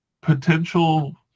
Potential